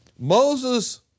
Moses